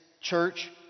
church